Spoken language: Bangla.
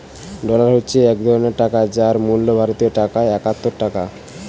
ডলার হচ্ছে এক ধরণের টাকা যার মূল্য ভারতীয় টাকায় একাত্তর টাকা